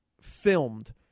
filmed